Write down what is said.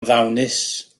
ddawnus